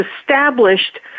established